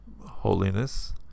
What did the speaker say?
holiness